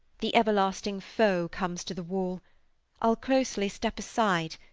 the everlasting foe comes to the wall i'll closely step aside,